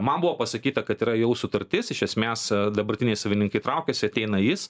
man buvo pasakyta kad yra jau sutartis iš esmės dabartiniai savininkai traukiasi ateina jis